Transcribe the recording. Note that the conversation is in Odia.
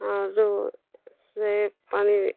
ଆରୁ ସେ ପାଣି